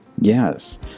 yes